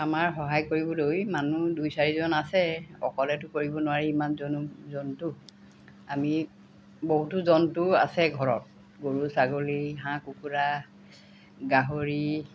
আমাৰ সহায় কৰিবলৈ মানুহ দুই চাৰিজন আছে অকলেতো কৰিব নোৱাৰি ইমান জন জন্তু আমি বহুতো জন্তু আছে ঘৰত গৰু ছাগলী হাঁহ কুকুৰা গাহৰি